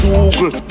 Google